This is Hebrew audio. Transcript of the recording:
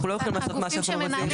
אנחנו לא יכולים לעשות מה שאנחנו רוצים.